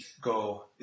go